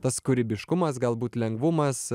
tas kūrybiškumas galbūt lengvumas